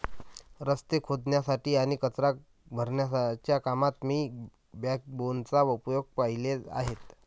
रस्ते खोदण्यासाठी आणि कचरा भरण्याच्या कामात मी बॅकबोनचा उपयोग पाहिले आहेत